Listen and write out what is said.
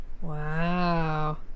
Wow